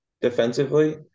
defensively